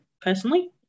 personally